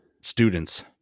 students